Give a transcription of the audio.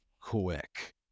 quick